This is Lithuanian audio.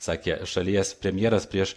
sakė šalies premjeras prieš